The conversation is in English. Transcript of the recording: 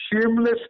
shameless